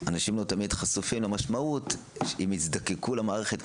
אנשים לא תמיד חשופים למשמעות השאלה אם יזדקקו למערכת,